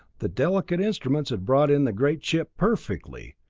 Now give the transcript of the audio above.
the delicate instruments had brought in the great ship perfectly,